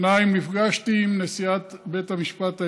שתיים, נפגשתי עם נשיאת בית המשפט העליון,